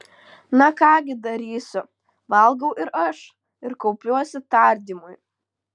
na ką gi darysiu valgau ir aš ir kaupiuosi tardymui